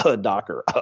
Docker